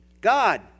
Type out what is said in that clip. God